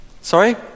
Sorry